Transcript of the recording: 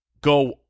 go